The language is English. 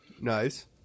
Nice